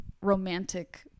romantic